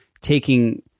taking